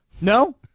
No